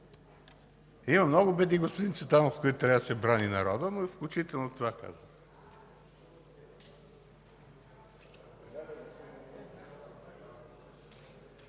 Има много беди, господин Цветанов, от които трябва да се брани народът, но включително и това казвам.